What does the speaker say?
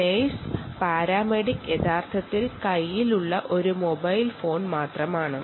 nurse അല്ലെങ്കിൽ paramedical സ്റ്റാഫിൻറെ കൈയിലുള്ളത് ഒരു മൊബൈൽ ഫോൺ മാത്രമാണ്